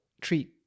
Treat